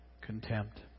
contempt